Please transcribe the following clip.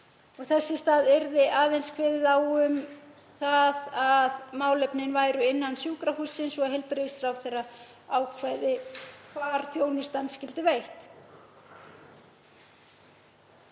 Þess í stað yrði aðeins kveðið á um það að málefnin væru innan sjúkrahússins og að heilbrigðisráðherra ákvæði hvar þjónustan skyldi veitt.